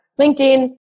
LinkedIn